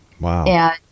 Wow